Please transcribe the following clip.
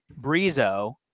Brizo